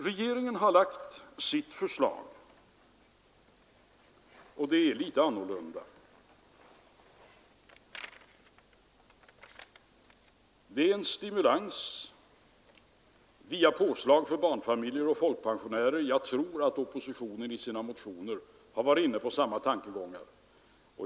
Regeringen har lagt sitt förslag, och det är litet annorlunda. Det är en stimulans via påslag för barnfamiljer och folkpensionärer, men jag tror att oppositionen i sina motioner har varit inne på samma tankegångar.